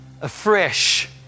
afresh